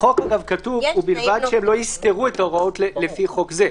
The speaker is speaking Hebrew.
בחוק כתוב: ובלבד שלא יסתרו את ההוראות לפי חוק זה.